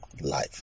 life